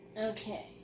Okay